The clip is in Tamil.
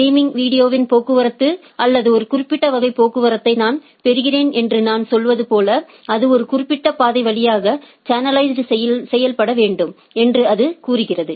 ஸ்ட்ரீமிங் வீடியோவின் போக்குவரத்து அல்லது ஒரு குறிப்பிட்ட வகை போக்குவரத்தை நான் பெறுகிறேன் என்று நான் சொல்வது போல அது ஒரு குறிப்பிட்ட பாதை வழியாக சேனலைஸ் செய்யப்பட வேண்டும் என்று அது கூறுகிறது